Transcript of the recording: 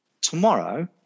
Tomorrow